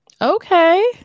Okay